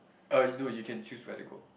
oh you do you can choose where to go